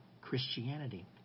christianity